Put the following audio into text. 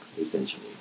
essentially